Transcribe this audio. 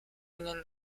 union